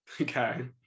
Okay